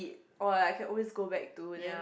or like I can always go back to then